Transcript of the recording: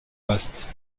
vaste